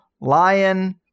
lion